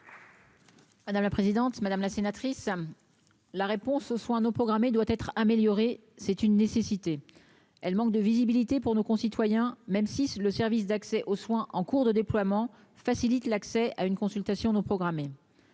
Madame la présidente, madame la sénatrice la réponse ce soins non programmés, doit être amélioré, c'est une nécessité, elle manque de visibilité pour nos concitoyens, même si le service d'accès aux soins en cours de déploiement facilite l'accès à une consultation non programmés,